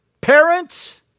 parents